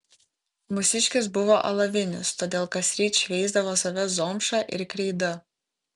mūsiškis buvo alavinis todėl kasryt šveisdavo save zomša ir kreida